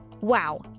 Wow